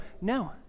No